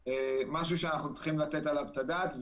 משהו שאנחנו צריכים לתת עליו את הדעת.